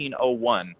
1901